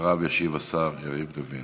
אחריה ישיב השר יריב לוין